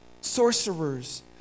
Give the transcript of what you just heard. sorcerers